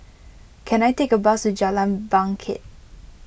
can I take a bus to Jalan Bangket